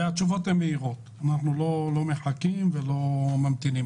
התשובות הן מהירות, אנחנו לא מחכים ולא ממתינים.